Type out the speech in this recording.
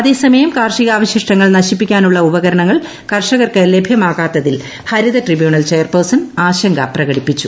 അതേസമയം കാർഷികാവശിഷ്ടങ്ങൾ നശിപ്പിക്കാനുള്ള ഉപകരണങ്ങൾ കർഷകർക്ക് ലഭൃമാകാത്തിൽ ഹരിത ട്രിബ്യൂണൽ ചെയർപേഴ്സൺ ആശങ്ക പ്രകടിപ്പിച്ചു